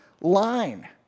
line